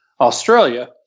Australia